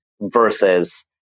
versus